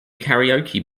karaoke